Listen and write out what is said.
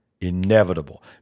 Inevitable